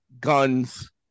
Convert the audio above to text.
guns